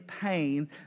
pain